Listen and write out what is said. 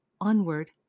onward